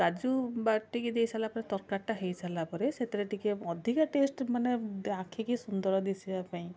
କାଜୁ ବାଟିକି ଦେଇସାରିଲାପରେ ତରକାରୀଟା ହେଇସାରିଲାପରେ ସେଥିରେ ଟିକିଏ ଅଧିକା ଟେଷ୍ଟ୍ ମାନେ ଆଖିକି ସୁନ୍ଦର ଦିଶିବା ପାଇଁ